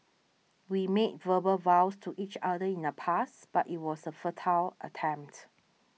we made verbal vows to each other in the past but it was a futile attempt